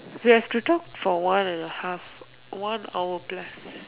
we have to talk for one and a half one hour plus